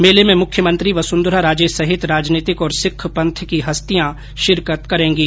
मेले में मुख्यमंत्री वसुंधरा राजे सहित राजनीतिक और सिख पंथ की हस्तियां शिरकत करेंगीं